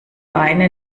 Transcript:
beine